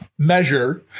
measure